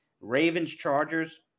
Ravens-Chargers